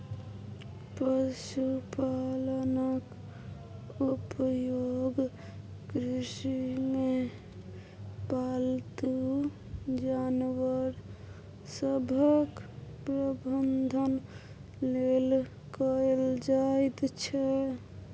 पशुपालनक उपयोग कृषिमे पालतू जानवर सभक प्रबंधन लेल कएल जाइत छै